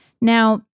Now